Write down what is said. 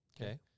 Okay